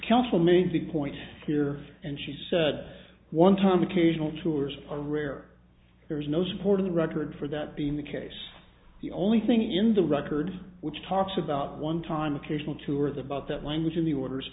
council means the point here and she said one time occasional tours are rare there's no support of the record for that being the case the only thing in the record which talks about one time occasional tours about that language in the orders